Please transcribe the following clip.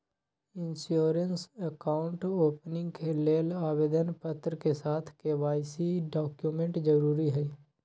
insurance account opening के लेल आवेदन पत्र के साथ के.वाई.सी डॉक्यूमेंट जरुरी हइ